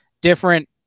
Different